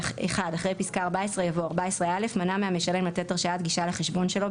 - אחרי פסקה (14) יבוא: "(14א) מנע מהמשלם לתת הרשאת גישה לחשבון שלו,